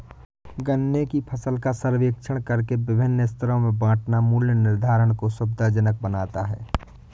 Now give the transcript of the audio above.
गन्ने की फसल का सर्वेक्षण करके विभिन्न स्तरों में बांटना मूल्य निर्धारण को सुविधाजनक बनाता है